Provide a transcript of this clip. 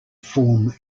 form